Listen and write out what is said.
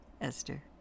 Esther